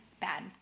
bad